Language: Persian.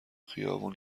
خیابون